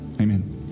Amen